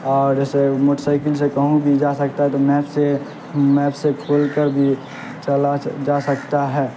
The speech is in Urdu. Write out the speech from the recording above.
اور جیسے موٹر سائیکل سے کہوں بھی جا سکتا ہے تو میپ سے میپ سے کھول کر بھی چلا جا سکتا ہے